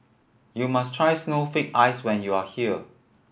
you must try snowflake ice when you are here